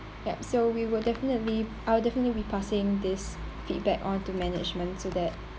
so we will definitely I'll definitely be passing this feedback on to management to that